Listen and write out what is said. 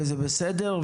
וזה בסדר,